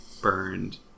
burned